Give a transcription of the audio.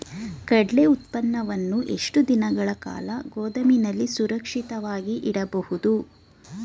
ಕಡ್ಲೆ ಉತ್ಪನ್ನವನ್ನು ಎಷ್ಟು ದಿನಗಳ ಕಾಲ ಗೋದಾಮಿನಲ್ಲಿ ಸುರಕ್ಷಿತವಾಗಿ ಇಡಬಹುದು?